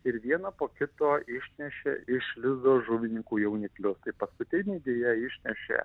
ir vieną po kito išnešė iš lizdo žuvininkų jauniklius paskutiniai deja išnešė